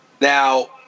Now